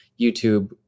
YouTube